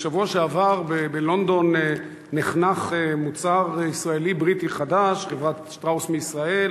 בשבוע שעבר נחנך בלונדון מוצר ישראלי-בריטי חדש: חברת "שטראוס" מישראל